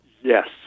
Yes